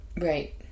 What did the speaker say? Right